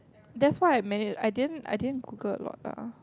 that's why I manage I didn't I didn't Google a lot lah